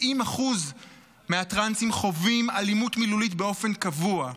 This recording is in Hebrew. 70% מהטרנסים חווים אלימות מילולית באופן קבוע.